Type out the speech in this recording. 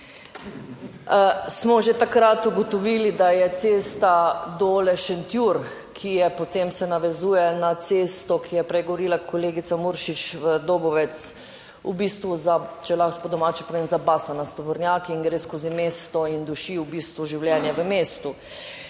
smo že takrat ugotovili, da je cesta Dole-Šentjur, ki je potem, se navezuje na cesto, ki je prej govorila kolegica Muršič, v Dobovec v bistvu za, če lahko po domače povem, zabasana s tovornjaki in gre skozi mesto in duši v bistvu življenje v mestu.